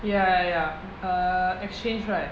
ya ya ya err exchange right